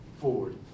Forward